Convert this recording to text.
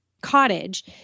cottage